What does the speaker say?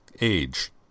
Age